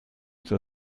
zur